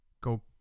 Go